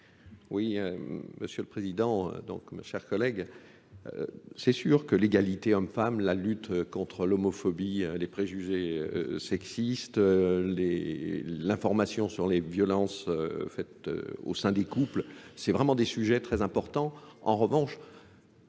Oui, monsieur le Président, donc mes chers collègues, c'est sûr que l'égalité homme-femme, la lutte contre l'homophobie, les préjugés sexistes, l'information sur les violences faites au sein des couples, c'est vraiment des sujets très importants. En revanche,